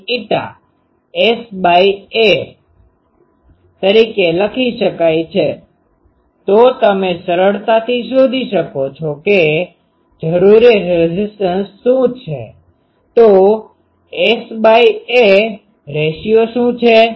733 ઇટા log 10 Sa તરીકે લખી શકાય છે તો તમે સરળતાથી શોધી શકો છો જરૂરી રેઝીસ્ટન્સ શું છે તો Sa‟રેશિયો શું છે